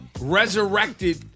resurrected